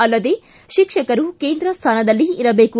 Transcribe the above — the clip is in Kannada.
ಅಲ್ಲದೇ ಶಿಕ್ಷಕರು ಕೇಂದ್ರ ಸ್ಥಾನದಲ್ಲಿ ಇರಬೇಕು